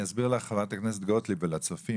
אני אסביר לחברת הכנסת גוטליב ולצופים